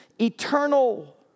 eternal